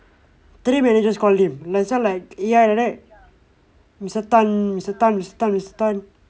three managers called lim this one like E_R like that mister tan mister tan miss tan miss tan